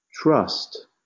trust